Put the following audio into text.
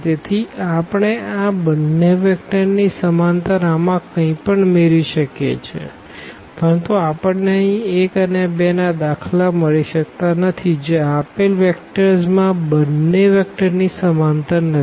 તેથી આપણે આ આ બંને વેક્ટરની સમાંતર આમાં કંઈ પણ મેળવી શકીએ છીએ પરંતુ આપણને અહીં 1 અને 2 ના દાખલા મળી શકતા નથી જે આપેલ વેક્ટર્સ આ બંને વેક્ટરની સમાંતર નથી